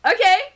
Okay